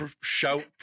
shout